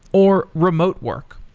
or remote work.